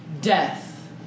death